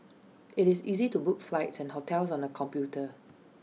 IT is easy to book flights and hotels on the computer